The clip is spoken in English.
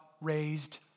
raised